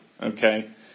Okay